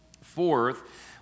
Fourth